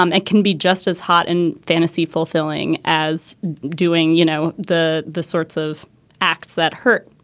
um it can be just as hot and fantasy fulfilling as doing, you know, the the sorts of acts that hurt.